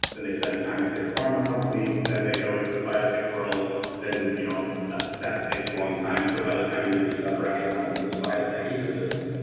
then they spend time at big pharma companies, then they go into the biotech world then you know a success takes a long time, so by the time you reach the upper echelons of the biotech ecosystem,